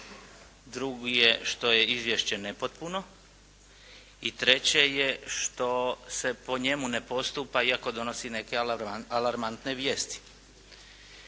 drugi je što je izvješće nepotpuno i treće je što se po njemu ne postupa iako donosi neke alarmantne vijesti.